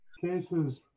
Case's